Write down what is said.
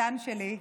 הקטן שלי,